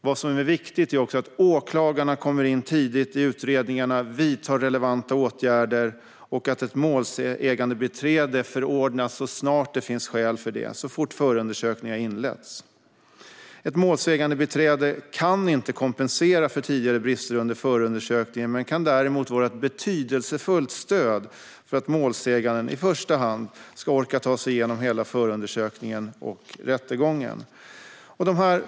Det är också viktigt att åklagarna kommer in tidigt i utredningarna och vidtar relevanta åtgärder och att ett målsägandebiträde förordnas så snart det finns skäl för det och så fort förundersökning har inletts. Ett målsägandebiträde kan inte kompensera för tidigare brister under förundersökningen men kan däremot vara ett betydelsefullt stöd för att målsäganden i första hand ska orka ta sig igenom hela förundersökningen och rättegången.